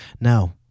now